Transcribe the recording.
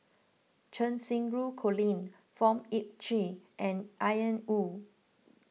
Cheng Xinru Colin Fong Sip Chee and Ian Woo